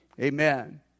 Amen